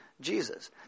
Jesus